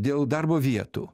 dėl darbo vietų